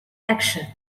action